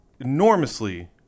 Enormously